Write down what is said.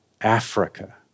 Africa